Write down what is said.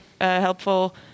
helpful